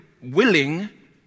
willing